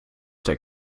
der